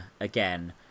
again